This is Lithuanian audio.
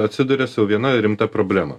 atsiduria su viena rimta problema